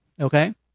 Okay